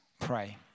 pray